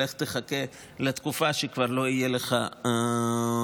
לך תחכה לתקופה שכבר לא יהיה לך מימון.